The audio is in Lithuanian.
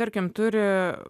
tarkim turi